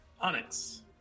Onyx